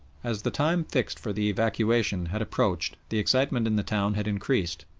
as the time fixed for the evacuation had approached the excitement in the town had increased,